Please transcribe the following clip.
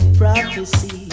prophecy